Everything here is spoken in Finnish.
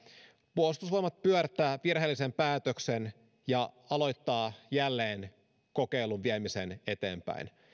puolustusvoimat pyörtää virheellisen päätöksen ja aloittaa jälleen kokeilun viemisen eteenpäin